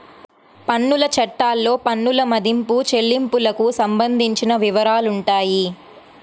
పన్నుల చట్టాల్లో పన్నుల మదింపు, చెల్లింపులకు సంబంధించిన వివరాలుంటాయి